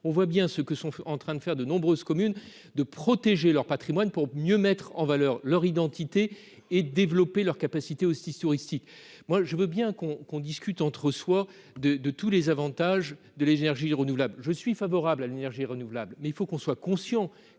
on voit bien ce que sont en train de faire de nombreuses communes de protéger leur Patrimoine pour mieux mettre en valeur leur identité et développer leurs capacités aussi touristique, moi je veux bien qu'on qu'on discute entre soi de de tous les avantages de l'énergie renouvelable, je suis favorable à l'énergie renouvelable, mais il faut qu'on soit conscient